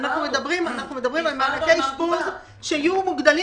אנחנו מדברים על מענקי אשפוז שיהיו מוגדלים